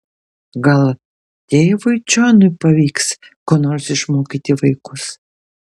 gal tėvui džonui pavyks ko nors išmokyti vaikus